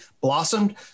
blossomed